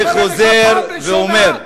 אני חוזר ואומר,